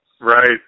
Right